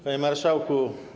Panie Marszałku!